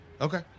Okay